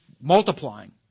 multiplying